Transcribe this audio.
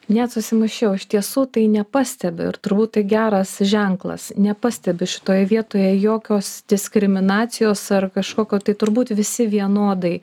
net susimąsčiau iš tiesų tai nepastebiu ir turbūt geras ženklas nepastebiu šitoje vietoje jokios diskriminacijos ar kažkokio tai turbūt visi vienodai